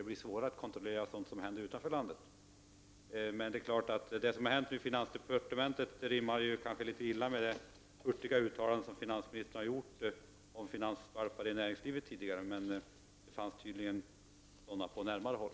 Det blir då svårare att kontrollera sådant som händer utanför landet. Men det som hänt på finansdepartementet rimmar litet illa med finansministerns hurtiga uttalande om finansvalpar i näringslivet, men det fanns tydligen finansvalpar på närmare håll.